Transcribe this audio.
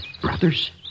brothers